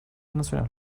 nacional